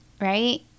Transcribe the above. right